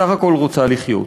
בסך הכול רוצה לחיות.